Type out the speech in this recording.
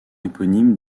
éponyme